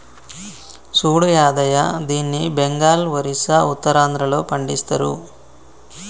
సూడు యాదయ్య దీన్ని బెంగాల్, ఒరిస్సా, ఉత్తరాంధ్రలో పండిస్తరు